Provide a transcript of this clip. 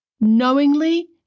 knowingly